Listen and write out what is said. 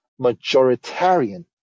majoritarian